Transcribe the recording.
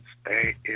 Stay